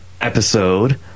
episode